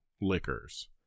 liquors